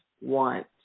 want